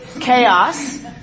chaos